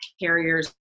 carriers